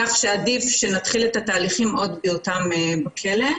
כך שעדיף שנתחיל את התהליכים עוד בהיותם בכלא.